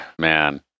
Man